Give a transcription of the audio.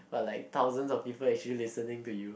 are like thousands of people actually listening to you